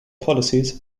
policies